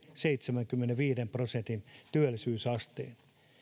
seitsemänkymmenenviiden prosentin työllisyysasteen